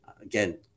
Again